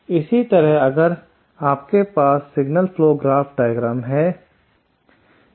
इसी तरह अगर आपके पास सिग्नल फ्लो ग्राफ डायग्राम है